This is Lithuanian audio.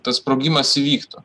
tas sprogimas įvyktų